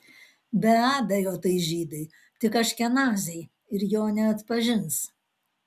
be abejo tai žydai tik aškenaziai ir jo neatpažins